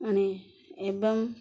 ମାନେ ଏବଂ